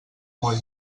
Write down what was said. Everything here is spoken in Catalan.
molt